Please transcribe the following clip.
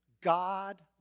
God